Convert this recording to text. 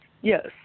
Yes